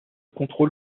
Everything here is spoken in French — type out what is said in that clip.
contrôle